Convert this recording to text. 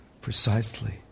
precisely